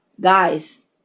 Guys